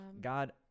God